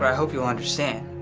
ah hope you understand.